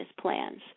plans